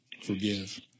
Forgive